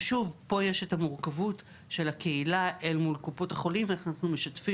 ושוב פה יש את המורכבות של הקהילה אל מול קופות החולים ואנחנו משתפים